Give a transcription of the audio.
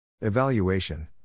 Evaluation